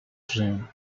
drain